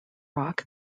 rock